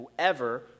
whoever